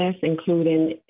including